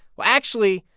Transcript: well, actually,